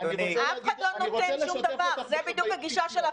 אף אחד לא נותן שום דבר.